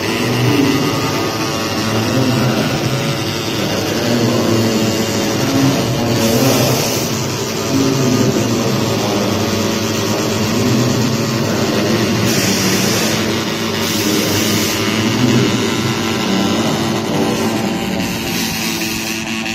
Kwenye hii naona madaktari wawili, ni kama mmoja wao kitu imedunga mkono na mwingine anajaribu kumtolea, ndio asisumbuliwe na mauchungu mingi.